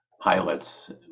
pilots